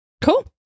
Cool